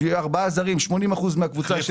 שיהיה ארבע זרים, 80% מהקבוצה.